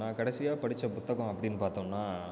நான் கடைசியாக படித்த புத்தகம் அப்படின்னு பார்த்தோம்னா